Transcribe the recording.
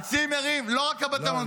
לא רק בתי המלון,